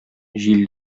җил